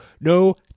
no